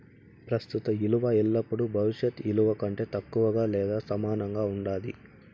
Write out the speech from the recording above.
ప్రస్తుత ఇలువ ఎల్లపుడూ భవిష్యత్ ఇలువ కంటే తక్కువగా లేదా సమానంగా ఉండాది